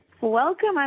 Welcome